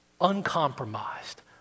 uncompromised